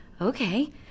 okay